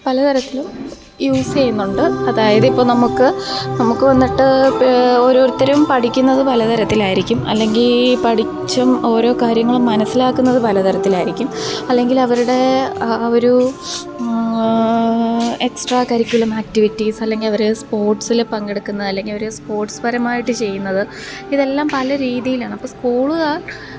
പലതരത്തിലും യൂസ് ചെയ്യുന്നുണ്ട് അതായതിപ്പം നമുക്ക് നമുക്ക് വന്നിട്ട് ഒരോരുത്തരും പഠിക്കുന്നത് പല തരത്തിലായിരിക്കും അല്ലെങ്കിൽ പഠിച്ചും ഓരോ കാര്യങ്ങളും മനസ്സിലാക്കുന്നത് പല തരത്തിലായിരിക്കും അല്ലെങ്കിൽ അവരുടെ ആ ഒരു എക്സ്ട്രാ കരിക്കുലം ആക്റ്റിവിറ്റീസ് അല്ലെങ്കിൽ അവർ സ്പോര്ട്സിൽ പങ്കെടുക്കുന്ന അല്ലെങ്കിൽ അവർ സ്പോര്ട്സ്പരമായിട്ട് ചെയ്യുന്നത് ഇതെല്ലാം പല രീതീലാണപ്പം സ്കൂളുകാര്